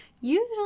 usually